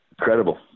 Incredible